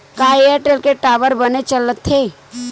का एयरटेल के टावर बने चलथे?